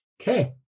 Okay